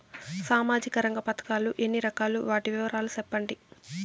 సామాజిక రంగ పథకాలు ఎన్ని రకాలు? వాటి వివరాలు సెప్పండి